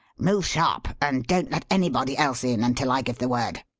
move sharp and don't let anybody else in until i give the word.